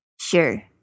Sure